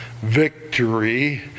victory